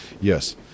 yes